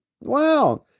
Wow